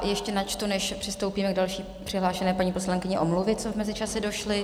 Ještě načtu, než přistoupíme k další přihlášené paní poslankyni, omluvy, co v mezičase došly.